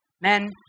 Men